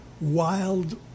wild